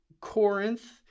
Corinth